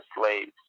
slaves